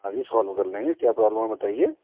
ہاں جی سولو کر لیں گے کیا پرابلم ہے بتائیے